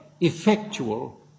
effectual